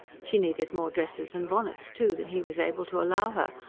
she needed more dresses and bonnets, too, than he was able to allow her,